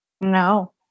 No